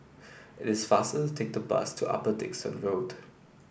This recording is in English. it is faster to take the bus to Upper Dickson Road